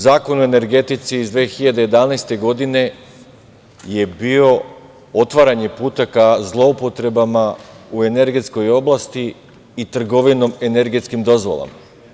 Zakon o energetici iz 2011. godine je bio otvaranje puta ka zloupotrebama u energetskoj oblasti i trgovinom energetskim dozvolama.